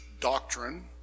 doctrine